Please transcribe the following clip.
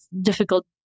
difficult